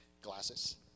glasses